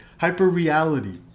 Hyper-reality